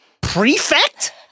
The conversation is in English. Prefect